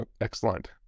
Excellent